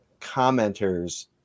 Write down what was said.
commenters